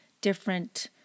different